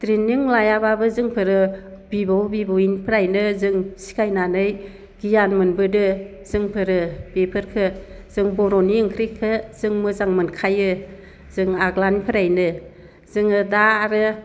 training लायाब्लाबो जोंफोरो बिबौ बिबैनिफ्रायनो जों सिखायनानै गियान मोनबोदो जोंफोरो इफोरखो जों बर'नि ओंख्रिखो जों मोजां मोनखायो जों आग्लानिफ्रायनो जोङो दा आरो